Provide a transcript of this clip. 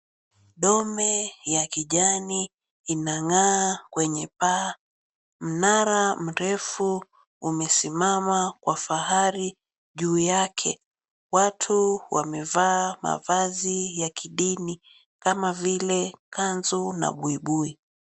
Dome ya kijani inangaa kwenye paa. Mnara mrefu umesimama kwa fahari juu yake. Watu wamevaa mavazi ya kidini kama vile kanzu na buibui.